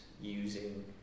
using